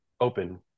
open